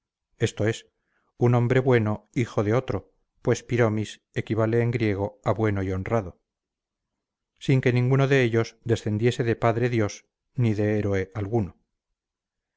esto es un hombre bueno hijo de otro pues piromis equivale en griego a bueno y honrado sin que ninguno de ellos descendiese de padre dios ni de héroe alguno